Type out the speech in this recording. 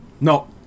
No